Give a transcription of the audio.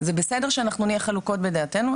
זה בסדר שאנחנו נהיה חלוקות בדעתנו,